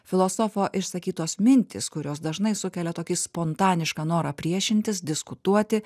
filosofo išsakytos mintys kurios dažnai sukelia tokį spontanišką norą priešintis diskutuoti